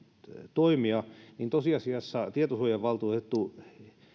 toimia niin tosiasiassa tietosuojavaltuutettu